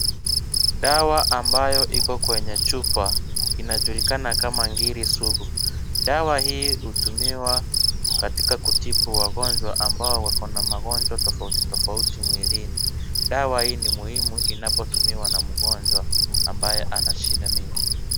Dawa ambayo iko kwenye chupa, inajulikana kama ngiri sugu. Dawa hii hutumiwa katika kutibu wagonjwa ambao wako na magonjwa tofauti tofauti mwilini. Dawa hii ni muhimu inapotumiwa na mgonjwa ambaye ana shinda mengi.